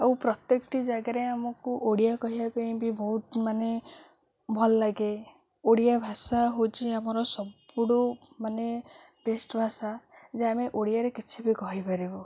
ଆଉ ପ୍ରତ୍ୟେକଟି ଜାଗାରେ ଆମକୁ ଓଡ଼ିଆ କହିବା ପାଇଁ ବି ବହୁତ ମାନେ ଭଲ ଲାଗେ ଓଡ଼ିଆ ଭାଷା ହେଉଛି ଆମର ସବୁଠୁ ମାନେ ବେଷ୍ଟ ଭାଷା ଯେ ଆମେ ଓଡ଼ିଆରେ କିଛି ବି କହିପାରିବୁ